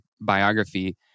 biography